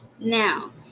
Now